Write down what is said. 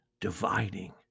dividing